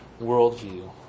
worldview